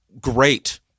Great